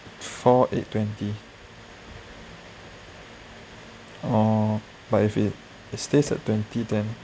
four eight twenty oh but if it it's still a twenty then